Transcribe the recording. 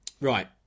Right